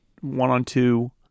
one-on-two